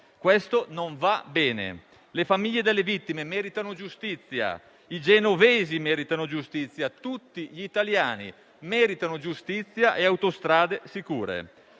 Questo non va bene. Le famiglie delle vittime meritano giustizia, i genovesi meritano giustizia, tutti gli italiani meritano giustizia e autostrade sicure.